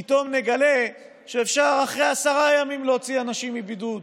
פתאום נגלה שאפשר אחרי עשרה ימים להוציא אנשים מבידוד,